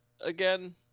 again